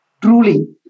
truly